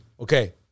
Okay